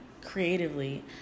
creatively